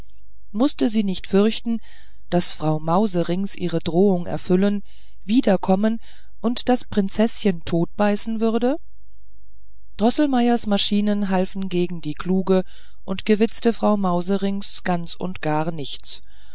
mußte sie nicht fürchten daß frau mauserinks ihre drohung erfüllen wiederkommen und das prinzeßchen totbeißen würde droßelmeiers maschinen halfen gegen die kluge und gewitzigte frau mauserinks ganz und gar nichts